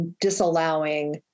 disallowing